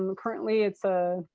um currently it's a.